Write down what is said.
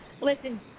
Listen